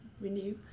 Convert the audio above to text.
renew